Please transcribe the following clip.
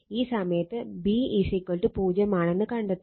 ഈ സമയത്ത് B 0 ആണെന്ന് കണ്ടെത്തും